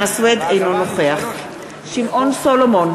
אינו נוכח שמעון סולומון,